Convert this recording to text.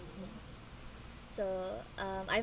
so um I've